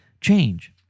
change